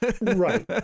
Right